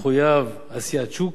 תחויב עשיית שוק.